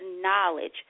knowledge